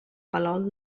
palol